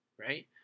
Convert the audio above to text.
right